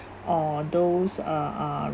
or those uh uh